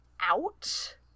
out